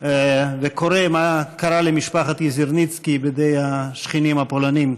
וקורא מה קרה למשפחת יזרניצקי בידי השכנים הפולנים,